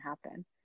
happen